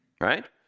right